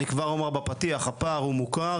אני כבר אומר הפער הוא מוכר,